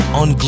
on